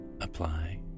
apply